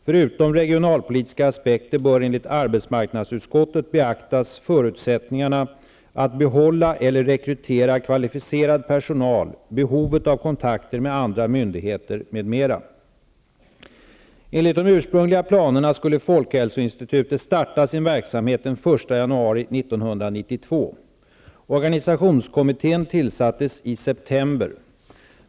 Förutom regionalpolitiska aspekter bör enligt arbetsmarknadsutskottet beaktas förutsättningarna att behålla eller rekrytera kvalificerad personal, behovet av kontakter med andra myndigheter m.m. Enligt de ursprungliga planerna skulle folkhälsoinstitutet starta sin verksamhet den 1 januari 1992. Organisationskommittén tillsattes i september.